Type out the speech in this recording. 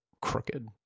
crooked